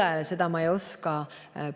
tule, ma ei oska